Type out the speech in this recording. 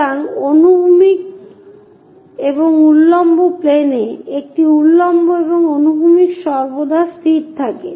সুতরাং অনুভূমিক এবং উল্লম্ব প্লেনে একটি উল্লম্ব এবং অনুভূমিক সর্বদা স্থির থাকে